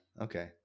okay